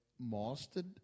mastered